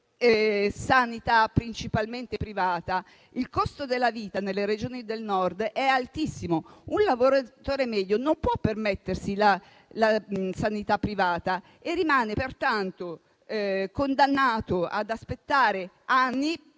sanità principalmente privata. Il costo della vita nelle Regioni del Nord è altissimo e un lavoratore medio non può permettersi la sanità privata, pertanto rimane condannato ad aspettare anni